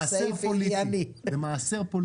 הסתייגות עשר.